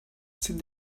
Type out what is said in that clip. ces